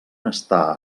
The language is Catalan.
està